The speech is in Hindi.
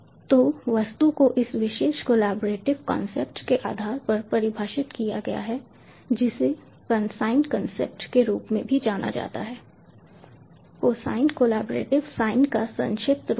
तो वस्तु को इस विशेष कोलैबोरेटिव कॉन्सेप्ट के आधार पर परिभाषित किया गया है जिसे कॉसाइन कॉन्सेप्ट के रूप में भी जाना जाता है कोसाइन कोलैबोरेटिव साइन का संक्षिप्त रूप है